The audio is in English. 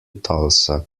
tulsa